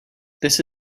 this